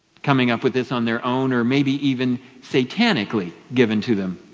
coming up with this on their own or maybe even satanically given to them,